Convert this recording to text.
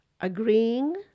agreeing